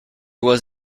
was